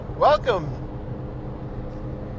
Welcome